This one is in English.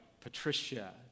Patricia